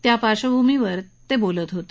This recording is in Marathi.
त्या पार्श्वभूमीवर ते बोलत होते